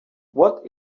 what